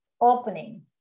opening